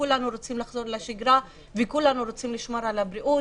כולנו רוצים לחזור לשגרה וכולנו רוצים לשמור על הבריאות,